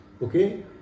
Okay